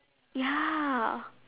ya